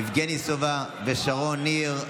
יבגני סובה ושרון ניר,